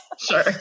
sure